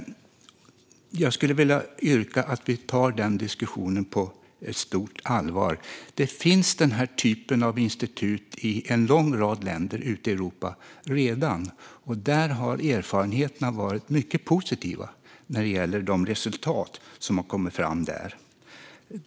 Jag skulle vilja yrka på att vi tar den diskussionen på stort allvar. Den här typen av institut finns redan i en lång rad länder ute i Europa. Där har erfarenheterna varit mycket positiva när det gäller de resultat som har kommit fram.